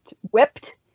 whipped